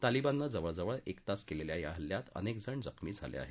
तालिबाननं जवळ जवळ एक तास केलेल्या या हल्ल्यात अनेकजण जखमी झाले आहेत